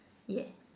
yeah